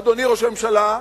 אדוני ראש הממשלה,